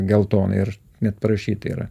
geltoną ir net parašyta yra